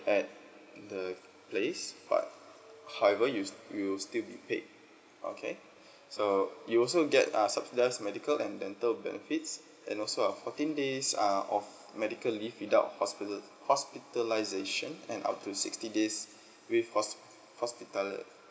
at the place but however you you'll still be paid okay so you also get uh subsidised medical and dental benefits and also a fourteen days uh of medical leave without hospital hospitalisation and up to sixty days with horse hospital